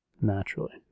Naturally